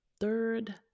third